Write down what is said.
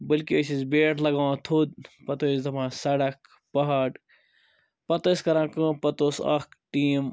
بلکہِ أسۍ ٲسۍ بیٹ لَگاوان تھوٚد پَتہٕ ٲسۍ دَپان سڑکھ پَہاڑ پَتہٕ ٲسۍ کران کٲم پَتہٕ اوس اَکھ ٹیٖم